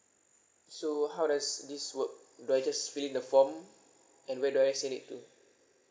so how does this work do I just fill in the form and where do I send it to